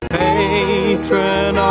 patron